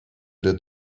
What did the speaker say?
der